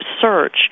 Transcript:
search